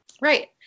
Right